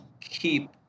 keep